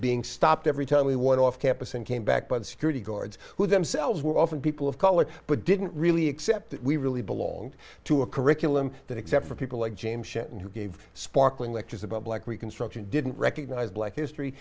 being stopped every time we want off campus and came back by the security guards who themselves were often people of color but didn't really accept that we really belonged to a curriculum that except for people like james shit and who gave sparkling lectures about black reconstruction didn't recognize black history